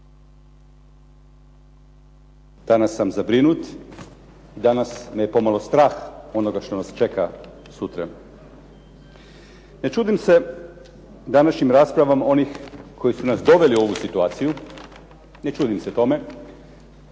danas sam zabrinut, danas me je pomalo strah onoga što nas čeka sutra. Ne čudim se današnjim raspravama onih koji su nad doveli u ovu situaciju. Ne čudim se tome.